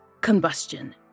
combustion